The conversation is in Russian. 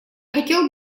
хотел